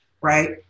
right